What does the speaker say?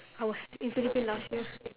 I was in philippine last year